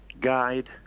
guide